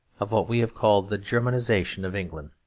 of what we have called the germanisation of england.